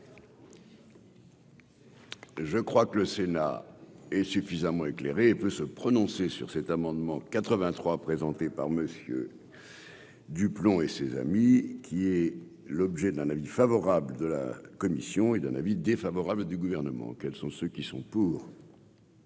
Je crois que le Sénat est suffisamment éclairée peut se prononcer sur cet amendement 83 présenté par Monsieur. Du plomb et ses amis qui est l'objet d'un avis favorable de la commission est d'un avis défavorable du Gouvernement quels sont ceux qui sont pour.